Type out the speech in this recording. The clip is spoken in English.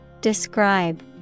Describe